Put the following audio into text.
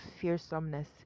fearsomeness